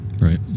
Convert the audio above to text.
Right